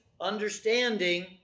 understanding